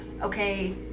okay